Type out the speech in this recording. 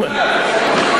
בני-אדם בכלל.